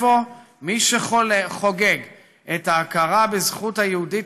אפוא: מי שחוגג את ההכרה בזכות היהודית